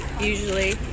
usually